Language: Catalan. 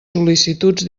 sol·licituds